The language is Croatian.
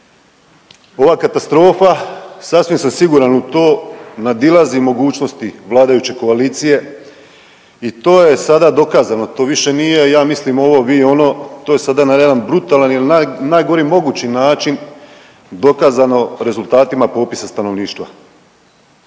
Ova katastrofa sasvim sam siguran u to nadilazi mogućnosti vladajuće koalicije i to je sada dokazano, to više nije ja mislim ovo, vi ono to je sada na jedan brutalan ili najgori mogući način dokazano rezultatima popisa stanovništva.